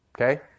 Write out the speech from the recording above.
Okay